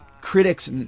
critics